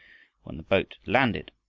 when the boat landed,